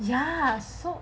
ya so